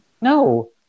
No